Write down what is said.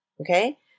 Okay